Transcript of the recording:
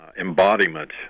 embodiment